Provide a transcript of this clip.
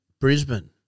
Brisbane